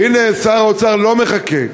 והנה, שר האוצר לא מחכה,